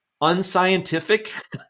unscientific